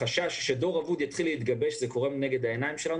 החשש שדור אבוד יתחיל להתגבש מתממש מול עינינו.